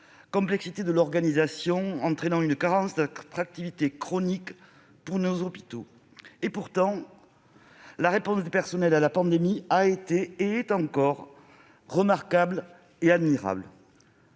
complexité de son organisation entraînent une carence d'attractivité chronique de nos hôpitaux. Et pourtant, la réponse des personnels à la pandémie a été, et est encore, remarquable et admirable.